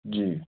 جی